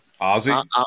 Ozzy